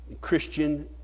Christian